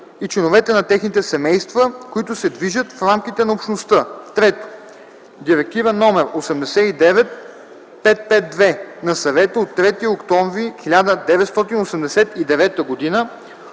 и членове на техните семейства, които се движат в рамките на Общността; 3. Директива № 89/552 на Съвета от 3 октомври 1989 г.